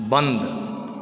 बन्द